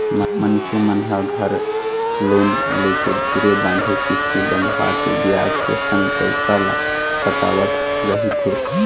मनखे मन ह घर लोन लेके धीरे बांधे किस्ती बंधवाके बियाज के संग पइसा ल पटावत रहिथे